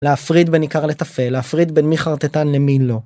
להפריד בין עיקר לטפל, להפריד בין מי חרטטן למי לא.